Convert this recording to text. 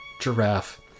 giraffe